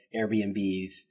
Airbnbs